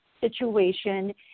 situation